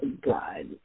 God